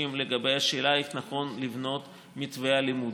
בשאלה איך נכון לבנות את מתווה הלימודים.